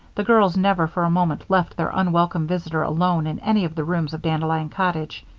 the girls never for a moment left their unwelcome visitor alone in any of the rooms of dandelion cottage.